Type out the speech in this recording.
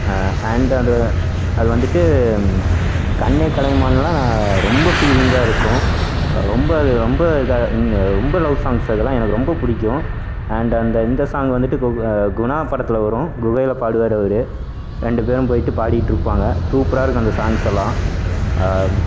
and அது அது வந்துட்டு கண்ணே கலைமானெல்லாம் நான் ரொம்ப ஃபீலிங்காயிருக்கும் ரொம்ப அது ரொம்ப இதாக இங்கே ரொம்ப லவ் சாங்ஸ் அதெல்லாம் எனக்கு ரொம்ப பிடிக்கும் அண்டு அந்த இந்த சாங் வந்துட்டு கு குணா படத்தில் வரும் குகையில் பாடுவார் அவர் ரெண்டு பேரும் போய்விட்டு பாடிகிட்ருப்பாங்க சூப்பராக இருக்கும் அந்த சாங்ஸ் எல்லாம்